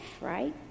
Right